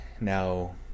Now